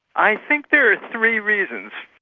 i think there are three reasons.